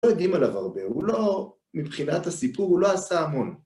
לא יודעים עליו הרבה, הוא לא, מבחינת הסיפור, הוא לא עשה המון.